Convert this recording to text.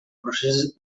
procés